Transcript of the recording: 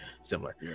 similar